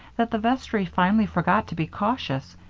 that the vestry finally forgot to be cautious,